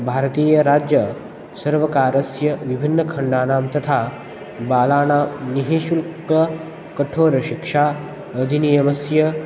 भारतीयराज्यसर्वकारस्य विभिन्नखण्डानां तथा बालानां निःशुल्ककठोरशिक्षा अधिनियमस्य